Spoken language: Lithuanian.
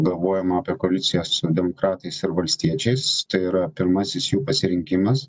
galvojama apie koaliciją su demokratais ir valstiečiais tai yra pirmasis jų pasirinkimas